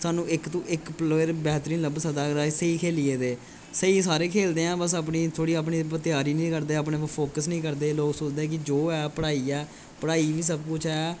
साह्नू इक तूं इक पलेर बेहतर मिली सकदा सेही खेलिये ते सेही सारें खेलदेआं थोह्ड़ी अपनी त्यारी नीं करदे ते अपने पर फोक्स नीं करदे लोक सोचदे कि जो ऐ पढ़ाई ऐ पढ़ाई गै सब कुछ